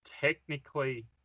technically